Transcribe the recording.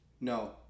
No